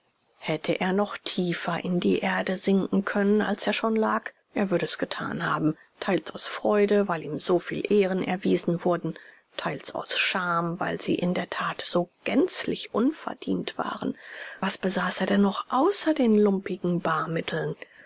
hätte er noch tiefer in die erde sinken können als er schon lag er würde es getan haben teils aus freude weil ihm soviel ehren erwiesen wurden teils aus scham weil sie in der tat so gänzlich unverdient waren was besaß er denn noch außer den lumpigen barmitteln